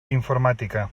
informàtica